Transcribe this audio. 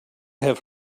have